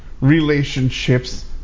relationships